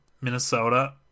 Minnesota